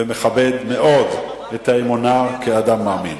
ואני מכבד מאוד את האמונה כאדם מאמין.